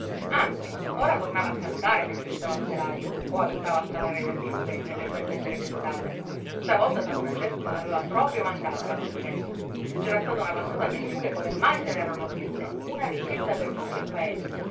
anzi ora tornava a cantare mentre stava al telaio o aiutava a salare le acciughe nelle belle sere d'estate stavolta san francesco l'aveva proprio mandata la provvidenza c'era stata una passata di acciughe come mai se n'erano viste una ricchezza per tutto il paese